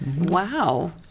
Wow